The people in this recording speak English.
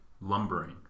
lumbering